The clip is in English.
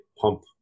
pump